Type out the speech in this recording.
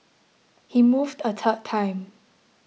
he moved a third time